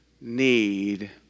need